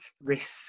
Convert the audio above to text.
risk